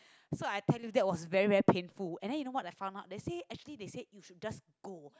so I tell you that was very very painful and then you know what I found out they say actually they said you should just go